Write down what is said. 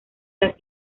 las